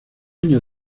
años